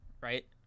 right